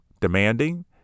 demanding